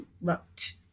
looked